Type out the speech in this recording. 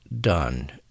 done